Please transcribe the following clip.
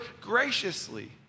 graciously